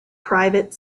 private